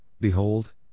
Behold